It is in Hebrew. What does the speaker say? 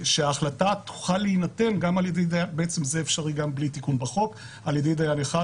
שההחלטה תוכל להינתן זה אפשרי גם בלי תיקון בחוק על ידי דיין אחד,